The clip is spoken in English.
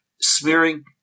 smearing